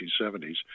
1970s